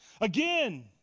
Again